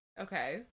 Okay